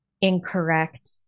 incorrect